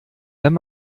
wenn